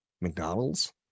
McDonald's